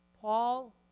Paul